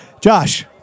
Josh